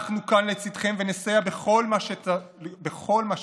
אנחנו כאן לצידכם, ונסייע בכל מה שצריך.